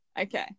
Okay